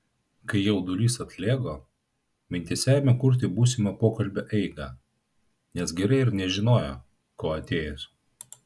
kai jaudulys atlėgo mintyse ėmė kurti būsimo pokalbio eigą nes gerai ir nežinojo ko atėjęs